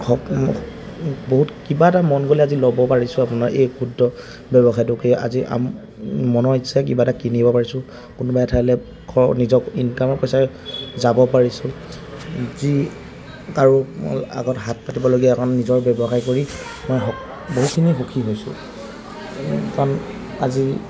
বহুত বহুত কিবা এটা মন গ'লে আজি ল'ব পাৰিছোঁ আপোনাৰ এই ক্ষুদ্ৰ ব্যৱসায়টোকে আজি মনৰ ইচ্ছা কিবা এটা কিনিব পাৰিছোঁ কোনোবা এঠাইলে নিজক ইনকামৰ পইচাৰে যাব পাৰিছোঁ যি কাৰো আগত হাত পাতিবলগীয়া কাৰণ নিজৰ ব্যৱসায় কৰি মই বহুতখিনি সুখী হৈছোঁ কাৰণ আজি